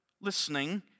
listening